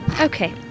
Okay